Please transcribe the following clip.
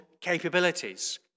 capabilities